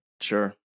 sure